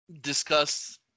discuss